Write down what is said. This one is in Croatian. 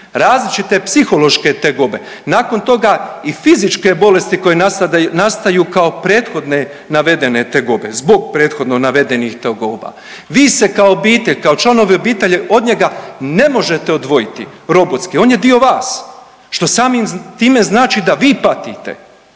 različite psihološke tegobe, nakon toga i fizičke bolesti koje nastaju kao prethodne navedene tegobe zbog prethodno navedenih tegoba. Vi se kao obitelj, kao članovi obitelji od njega ne možete odvojiti robotski, on je dio vas što samim time znači da vi patite